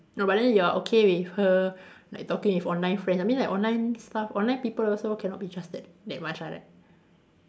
no but then you are okay with her like talking with online friends I mean like online stuff online people also cannot be trusted that much ah right